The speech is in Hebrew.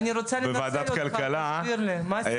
אני רוצה לנצל שתסביר לי מה הסיפור שם.